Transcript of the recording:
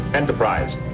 Enterprise